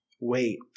Wait